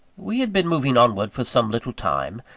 we had been moving onward for some little time,